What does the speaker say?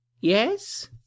yes